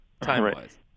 time-wise